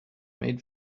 made